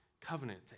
covenant